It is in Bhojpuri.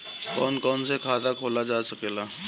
कौन कौन से खाता खोला जा सके ला?